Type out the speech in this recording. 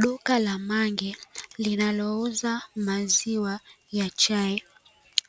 Duka la mangi linalouza maziwa ya chai,